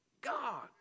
God